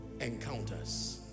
encounters